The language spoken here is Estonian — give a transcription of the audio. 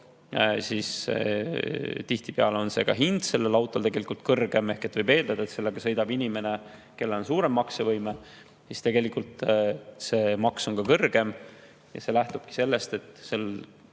siis tihtipeale on selle auto hind tegelikult kõrgem ehk võib eeldada, et sellega sõidab inimene, kellel on suurem maksevõime. Tegelikult on maks siis kõrgem ja see lähtubki sellest, et sel